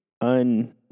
un-